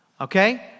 Okay